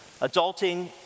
adulting